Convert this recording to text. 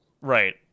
Right